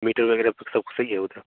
metre वगैरह सब सही है उधर